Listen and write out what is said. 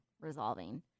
resolving